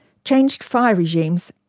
changed fire regimes,